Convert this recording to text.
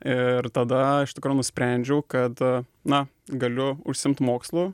ir tada iš tikro nusprendžiau kad na galiu užsiimt mokslu